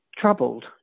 troubled